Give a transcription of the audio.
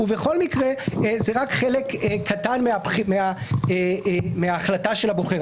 ובכל מקרה זה רק חלק קטן מההחלטה של הבוחר,